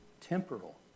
Temporal